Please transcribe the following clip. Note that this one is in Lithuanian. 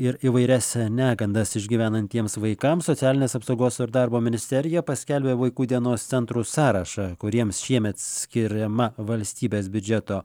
ir įvairias negandas išgyvenantiems vaikams socialinės apsaugos ir darbo ministerija paskelbė vaikų dienos centrų sąrašą kuriems šiemet skiriama valstybės biudžeto